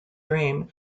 dream